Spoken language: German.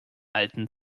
alten